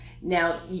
now